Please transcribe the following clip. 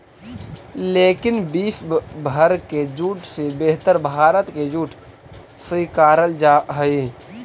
लेकिन विश्व भर के जूट से बेहतर भारत के जूट स्वीकारल जा हइ